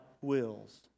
wills